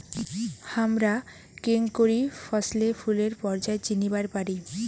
হামরা কেঙকরি ফছলে ফুলের পর্যায় চিনিবার পারি?